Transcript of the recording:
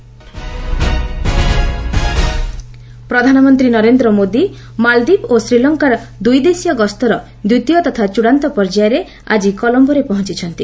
PM Sri Lanka ପ୍ରଧାନମନ୍ତ୍ରୀ ନରେନ୍ଦ୍ର ମୋଦି ମାଳଦ୍ୱୀପ ଓ ଶ୍ରୀଲଙ୍କା ଦୁଇଦେଶୀୟ ଗସ୍ତର ଦ୍ୱିତୀୟ ତଥା ଚଡ଼ାନ୍ତ ପର୍ଯ୍ୟାୟରେ ଆଜି କଲମ୍ବୋରେ ପହଞ୍ଚଛନ୍ତି